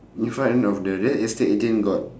in front of the real estate again got